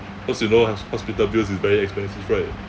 cause you know hos~ hospital bills is very expensive right